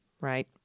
right